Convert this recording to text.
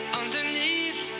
underneath